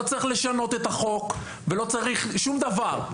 לא צריך לשנות אותו ולא צריך שום דבר.